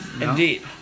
indeed